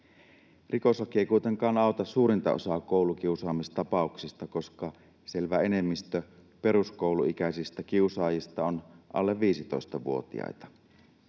Rikoslaki ei kuitenkaan auta suurinta osaa koulukiusaamistapauksista, koska selvä enemmistö peruskouluikäisistä kiusaajista on alle 15-vuotiaita.